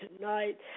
tonight